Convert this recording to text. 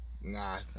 nah